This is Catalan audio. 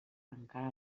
encara